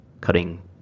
cutting